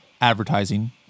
advertising